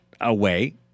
away